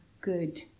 good